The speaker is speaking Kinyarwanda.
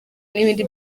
n’ibindi